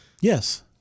Yes